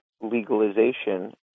legalization